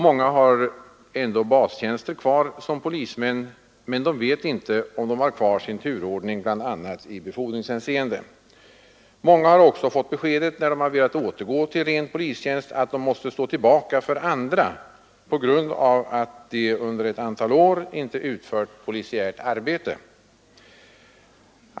Många har bastjänster kvar såsom polismän, men de vet inte om de har kvar sin turordning, bl.a. i befordringshänseende. Många har också fått beskedet, när de velat återgå till ren polistjänst, att de måste stå tillbaka för andra på grund av att de under ett antal år inte utfört polisiärt arbete.